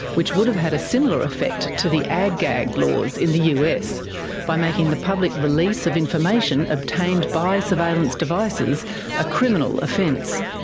which would've had a similar effect to the ag-gag laws in the us by making the public release of information obtained by surveillance devices a criminal offence.